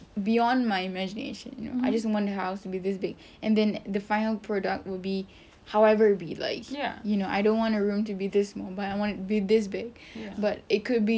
beyond my imagination you know I just want a house with this big and then the final product would be however it be like you know I don't want the room to be this small but I want to be this big but it could be